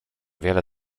wiele